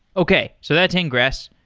okay. so that's ingress.